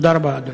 תודה רבה, אדוני.